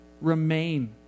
Remain